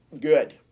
good